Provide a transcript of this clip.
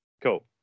Cool